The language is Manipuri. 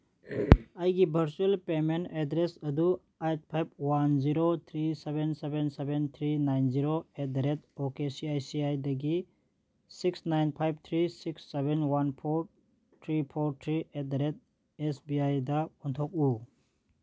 ꯑꯩꯒꯤ ꯚꯔꯆ꯭ꯋꯦꯜ ꯄꯦꯃꯦꯟ ꯑꯦꯗ꯭ꯔꯦꯁ ꯑꯗꯨ eight five one zero three seven seven seven three nine zero at the rate O K C I C ꯑꯥꯏꯗꯒꯤ six nine five three six seven one four three four three at the rate S B ꯑꯥꯏꯗ ꯑꯣꯟꯊꯣꯛꯎ